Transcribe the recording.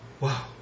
Wow